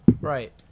Right